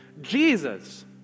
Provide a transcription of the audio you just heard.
Jesus